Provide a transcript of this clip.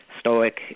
stoic